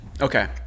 Okay